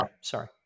Sorry